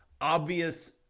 obvious